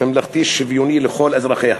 ממלכתיים שוויוניים לכל אזרחיה.